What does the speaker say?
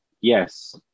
yes